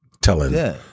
telling